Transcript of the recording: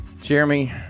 Jeremy